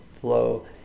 flow